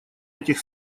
этих